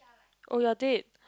oh you are dead